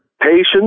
Patience